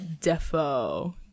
Defo